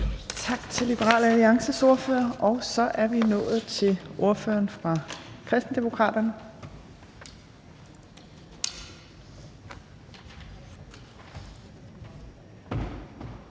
Tak til Liberal Alliances ordfører. Så er vi nået til ordføreren for Kristendemokraterne.